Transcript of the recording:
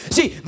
See